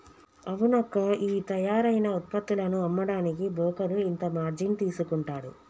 అవునక్కా ఈ తయారైన ఉత్పత్తులను అమ్మడానికి బోకరు ఇంత మార్జిన్ తీసుకుంటాడు